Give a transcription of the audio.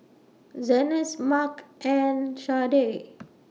Zenas Marc and Sharde